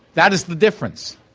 that is the difference.